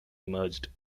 emerged